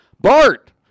Bart